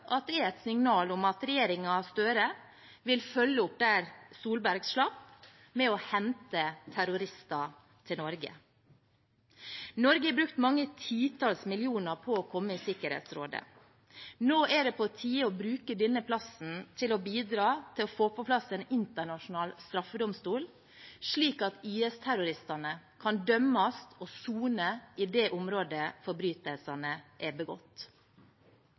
at det er et signal om at regjeringen Gahr Støre vil følge opp der Solberg slapp, med å hente terrorister til Norge. Norge har brukt mange titalls millioner på å komme i Sikkerhetsrådet. Nå er det på tide å bruke denne plassen til å bidra til å få på plass en internasjonal straffedomstol, slik at IS-terroristene kan dømmes og sone i det området forbrytelsene er begått.